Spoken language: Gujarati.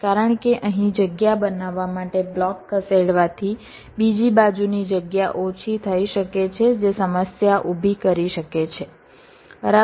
કારણ કે અહીં જગ્યા બનાવવા માટે બ્લોક ખસેડવાથી બીજી બાજુની જગ્યા ઓછી થઈ શકે છે જે સમસ્યા ઊભી કરી શકે છે બરાબર